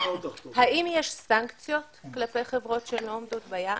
האם יש סנקציות כלפי חברות שלא עומדות ביעד?